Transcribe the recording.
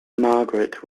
margaret